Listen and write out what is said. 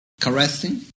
caressing